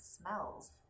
smells